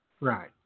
Right